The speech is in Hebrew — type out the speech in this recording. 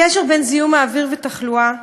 הקשר בין זיהום האוויר לתחלואה,